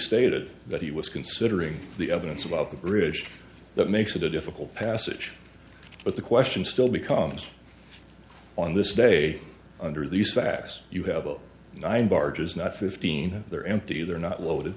stated that he was considering the evidence about the bridge that makes it a difficult passage but the question still becomes on this day under these facts you have a nine barges not fifteen they're empty they're not loaded